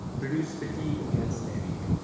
produce fatigue against tehreek,